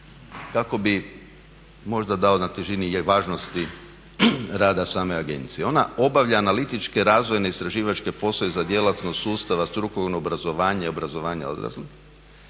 kako bi možda dao na težini i važnosti rada same agencije. Ona obavlja analitičke, razvojne, istraživačke poslove za djelatnost sustava strukovnog obrazovanja i obrazovanja odraslih,